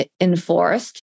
enforced